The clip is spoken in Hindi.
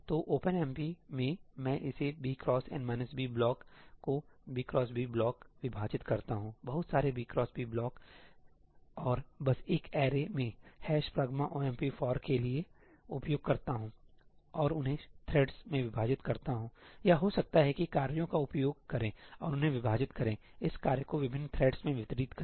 तो ओपनएमपी में मैं इस b x ब्लॉक को ब्लॉक विभाजित करता हूं बहुत सारे b x b ब्लॉक और बस एक अरे में ' pragma omp for' के लिए उपयोग करता हूं और उन्हें थ्रेड्स में विभाजित करता हूंया हो सकता है कि कार्यों का उपयोग करें और उन्हें विभाजित करें इस कार्य को विभिन्न थ्रेड्स में वितरित करें